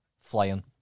flying